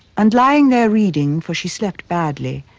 and lying there reading, for she slept badly,